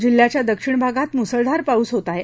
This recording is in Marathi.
जिल्हयाच्या दक्षिण भागात मुसळधार पाऊस होत आहे